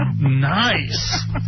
Nice